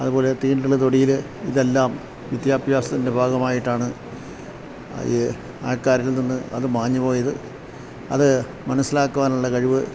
അതുപോലെ തീണ്ടൽ തൊടീൽ ഇതെല്ലാം വിദ്യാഭ്യാസത്തിൻ്റെ ഭാഗമായിട്ടാണ് ആൾക്കാരിൽ നിന്ന് അത് മാഞ്ഞുപോയത് അത് മനസ്സിലാക്കുവാനുള്ള കഴിവ്